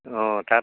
অঁ তাত